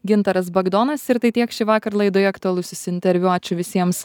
gintaras bagdonas ir tai tiek šįvakar laidoje aktualusis interviu ačiū visiems